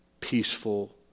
peaceful